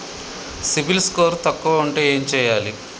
CIBIL score తక్కువ ఉంటే ఏం చేయాలి?